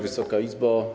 Wysoka Izbo!